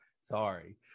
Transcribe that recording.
sorry